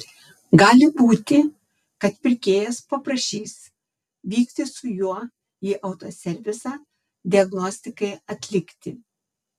gali būti kad pirkėjas paprašys vykti su juo į autoservisą diagnostikai atlikti